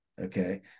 Okay